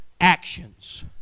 actions